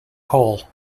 coal